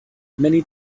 many